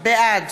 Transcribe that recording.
בעד